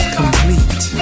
complete